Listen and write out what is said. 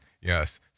yes